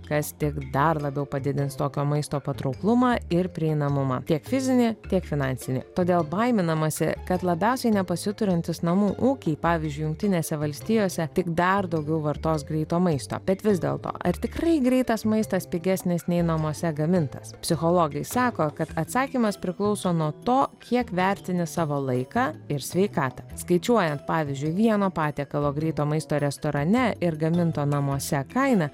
kas tik dar labiau padidins tokio maisto patrauklumą ir prieinamumą tiek fizinį tiek finansinį todėl baiminamasi kad labiausiai nepasiturintys namų ūkiai pavyzdžiui jungtinėse valstijose tik dar daugiau vartos greito maisto bet vis dėlto ar tikrai greitas maistas pigesnis nei namuose gamintas psichologai sako kad atsakymas priklauso nuo to kiek vertini savo laiką ir sveikatą skaičiuojant pavyzdžiui vieno patiekalo greito maisto restorane ir gaminto namuose kainą